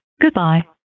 Goodbye